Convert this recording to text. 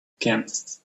alchemists